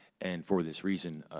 and for this reason,